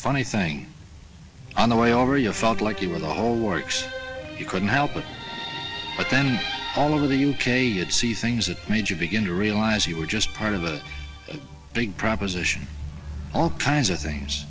funny thing on the way over your felt like you were the whole works you couldn't help it but then all of the u k you'd see things that made you begin to realize you were just part of a big proposition all kinds of things